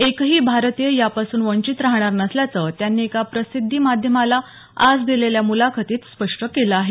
एकही भारतीय यापासून वंचित राहणार नसल्याचं त्यांनी एका प्रसिद्धी माध्यमाला आज दिलेल्या मुलाखतीत स्पष्ट केलं आहे